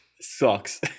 Sucks